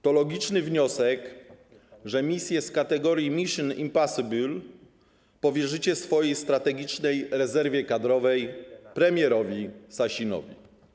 To logiczny wniosek, że misje z kategorii: mission impossible powierzycie swojej strategicznej rezerwie kadrowej - premierowi Sasinowi.